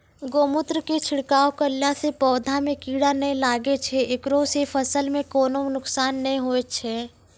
गोमुत्र के छिड़काव करला से पौधा मे कीड़ा नैय लागै छै ऐकरा से फसल मे कोनो नुकसान नैय होय छै?